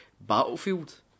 Battlefield